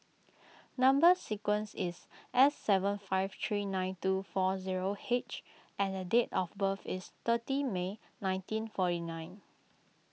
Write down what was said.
Number Sequence is S seven five three nine two four zero H and the date of birth is thirty May nineteen forty nine